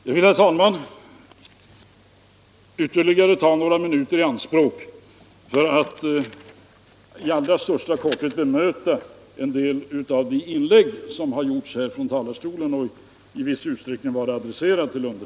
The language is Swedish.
Jag vill, herr talman, ytterligare ta några minuter i anspråk för att i allra största korthet bemöta en del av de inlägg som har gjorts här från talarstolen och i viss utsträckning varit adresserade till mig.